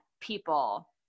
people